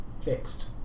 Fixed